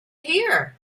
here